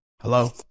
hello